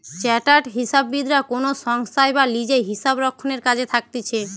chartered হিসাববিদরা কোনো সংস্থায় বা লিজে হিসাবরক্ষণের কাজে থাকতিছে